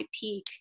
peak